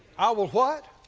i will what?